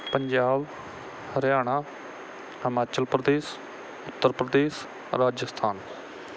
Punjab Haryana Himachal Pradesh Uttar Pradesh Rajasthan